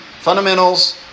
fundamentals